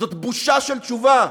זאת בושה של תשובה.